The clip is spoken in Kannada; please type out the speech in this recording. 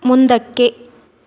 ಮುಂದಕ್ಕೆ